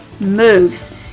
moves